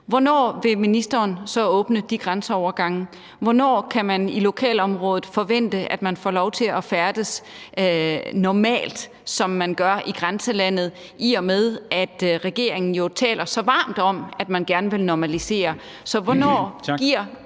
hvornår vil ministeren så åbne de grænseovergange? Hvornår kan man i lokalområdet forvente, at man får lov til at færdes normalt, som man gør i grænselandet, i og med at regeringen jo taler så varmt om, at man gerne vil normalisere? Så hvornår giver